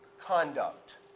conduct